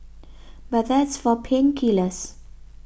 but that's for pain killers